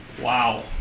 Wow